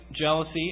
jealousy